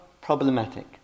problematic